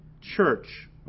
church